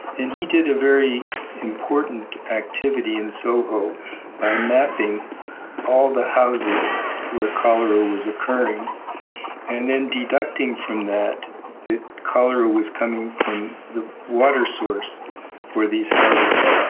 and he did a very important activity in soho by mapping all the houses where cholera was occurring and then deducting from that that cholera was coming from the water source for these houses.